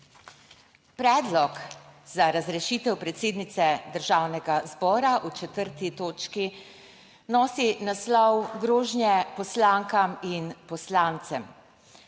Predlog za razrešitev predsednice Državnega zbora v 4. točki nosi naslov Grožnje poslankam in poslancem.